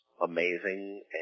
amazing